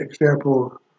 example